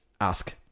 ask